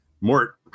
Mort